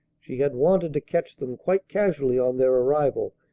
she had wanted to catch them quite casually on their arrival,